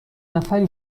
نفری